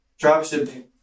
Dropshipping